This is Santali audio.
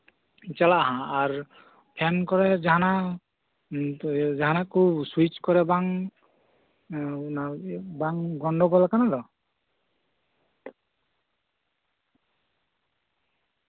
ᱪᱟᱞᱟᱜᱼᱟ ᱟᱨ ᱯᱷᱮᱱ ᱠᱚᱨᱮ ᱡᱟᱦᱟᱸᱱᱟᱜ ᱥᱩᱭᱤᱪ ᱠᱚᱨᱮ ᱵᱟᱝ ᱚᱱᱟ ᱤᱭᱟ ᱵᱟᱝ ᱜᱚᱱᱰᱚᱜᱳᱞ ᱟᱠᱟᱱᱟ ᱛᱚ